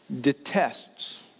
detests